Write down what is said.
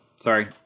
sorry